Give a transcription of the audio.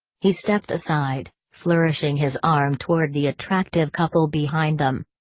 he stepped aside, flourishing his arm toward the attractive couple behind them.